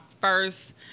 first –